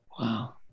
Wow